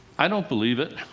i don't believe it